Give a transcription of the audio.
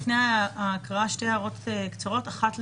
לפני ההקראה שתי הערות קצרות: אחת,